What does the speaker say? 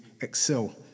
excel